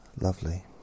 Lovely